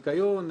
ניקיון,